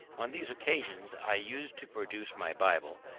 on these occasions i used to produce my bible,